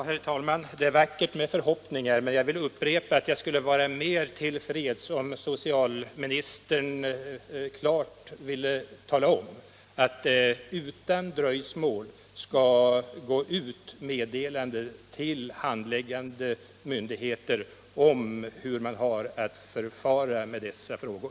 Herr talman! Det är utmärkt med förhoppningar, men jag vill upprepa att jag skulle vara mera till freds om socialministern klart ville tala om att det till handläggande myndigheter utan dröjsmål skall gå ut meddelande om hur man har att förfara med dessa frågor.